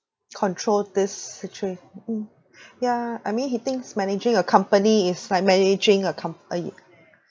control this situa~ mm ya I mean he thinks managing a company is like managing a comp~ eh